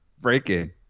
Breaking